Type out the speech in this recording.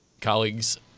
colleagues